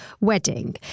wedding